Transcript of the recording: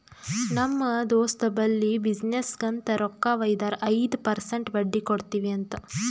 ನಮ್ ದೋಸ್ತ್ ಬಲ್ಲಿ ಬಿಸಿನ್ನೆಸ್ಗ ಅಂತ್ ರೊಕ್ಕಾ ವೈದಾರ ಐಯ್ದ ಪರ್ಸೆಂಟ್ ಬಡ್ಡಿ ಕೊಡ್ತಿವಿ ಅಂತ್